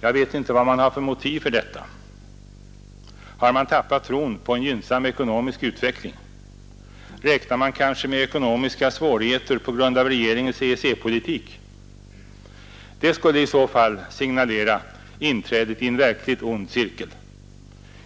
Jag vet inte vad man har för motiv för detta. Har man tappat tron på en gynnsam ekonomisk utveckling? Räknar man kanske med ekonomiska svårigheter på grund av regeringens EEC-politik? Det skulle i så fall signalera inträdet i en verkligt ond cirkel.